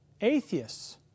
Atheists